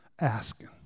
asking